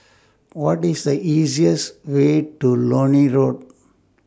What IS The easiest Way to Lornie Road